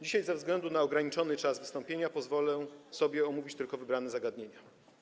Dzisiaj ze względu na ograniczony czas wystąpienia pozwolę sobie omówić tylko wybrane zagadnienia.